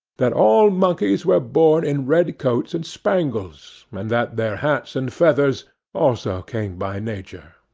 that all monkeys were born in red coats and spangles, and that their hats and feathers also came by nature.